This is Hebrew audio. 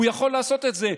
הוא יכול לעשות את זה,